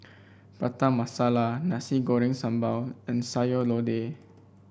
Prata Masala Nasi Goreng Sambal and Sayur Lodeh